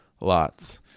lots